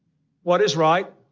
what is right?